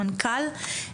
המנכ"ל.